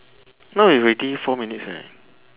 now it's already four minutes eh